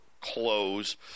close